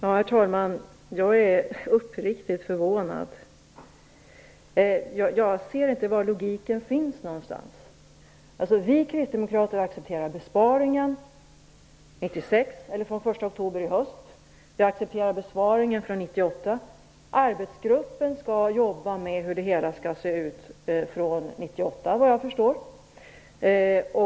Herr talman! Jag är uppriktigt förvånad. Jag ser inte var logiken finns. Vi kristdemokrater har accepterat besparingen från den 1 oktober i höst och besparingen från 1998. Arbetsgruppen skall jobba med hur det skall se ut från 1998, vad jag förstår.